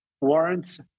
warrants